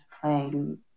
playing